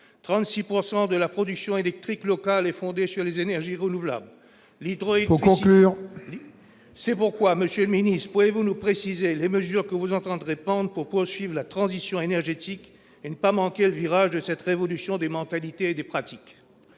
de de la production électrique locale et fondée sur les énergies renouvelables, les droits, il faut conclure, c'est pourquoi monsieur le Ministre, pouvez-vous nous préciser les mesures que vous entendrez pour poursuivre la transition énergétique et ne pas manquer le virage de cette révolution des mentalités et des pratiques.